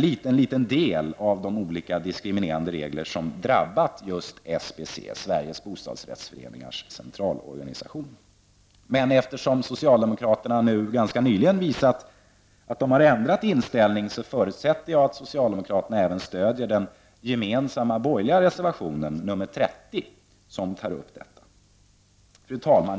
liten liten del av de olika diskriminerande regler som drabbat just SBC, Sveriges bostadsrättsföreningars centralorganisation. Eftersom socialdemokraterna ganska nyligen visat att de har ändrat inställning, förutsätter jag att de också stöder den gemensamma borgerliga reservationen nr 30, som gäller likabehandling av bostadsrättsorganisationer i lagstiftningen. Fru talman!